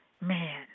man